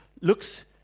looks